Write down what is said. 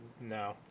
no